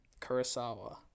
Kurosawa